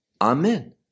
amen